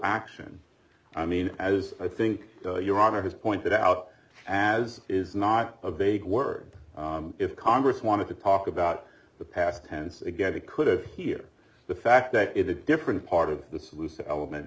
action i mean as i think your honor has pointed out and is not a big word if congress wanted to talk about the past tense again we could have here the fact that in a different part of the solution element